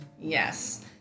Yes